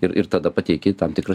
ir ir tada pateiki tam tikra